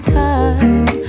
time